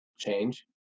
change